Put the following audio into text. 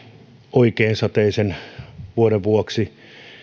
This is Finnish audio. oikein sateisen vuoden vuoksi